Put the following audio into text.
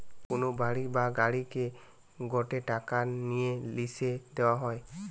কোন বাড়ি বা গাড়িকে গটে টাকা নিয়ে লিসে দেওয়া